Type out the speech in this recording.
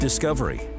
Discovery